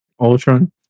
Ultron